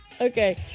Okay